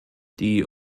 die